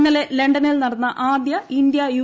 ഇന്നലെ ലണ്ടനിൽ നടന്ന ആദ്യ ഇന്ത്യ യു